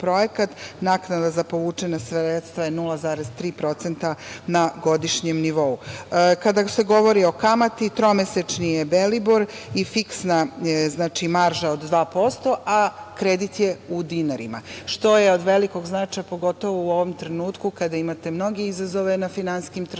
naknada za povučene sredstva je 0,3% na godišnjem nivou. Kada se govori o kamati, tromesečni je Belibor i fiksna je znači maraža od 2%, a kredit je u dinarima, što je od velikog značaja, pogotovo u ovom trenutku kada imate mnoge izazove na finansijskim tržištima,